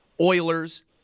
Oilers